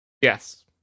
Yes